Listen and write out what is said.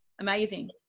amazing